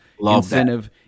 incentive